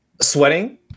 sweating